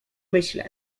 myślę